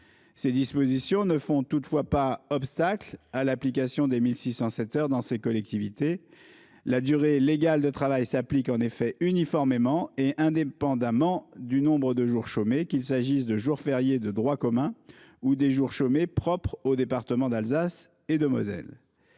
ces dispositions ne font pas obstacle à la mise en oeuvre des 1 607 heures dans ces collectivités. La durée légale de travail s'applique, en effet, uniformément et indépendamment du nombre de jours chômés, qu'il s'agisse de jours fériés de droit commun ou des jours chômés propres aux départements de l'Alsace et de la Moselle.